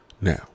Now